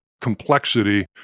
complexity